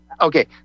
Okay